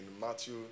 Matthew